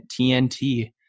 TNT